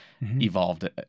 evolved